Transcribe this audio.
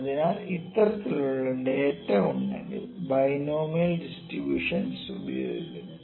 അതിനാൽ ഇത്തരത്തിലുള്ള ഡാറ്റ ഉണ്ടെങ്കിൽ ബൈനോമിയൽ ഡിസ്ട്രിബൂഷൻ ഉപയോഗിക്കുന്നു